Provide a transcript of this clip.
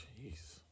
Jeez